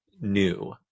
new